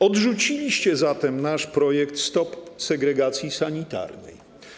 Odrzuciliście zatem właśnie nasz projekt „Stop segregacji sanitarnej”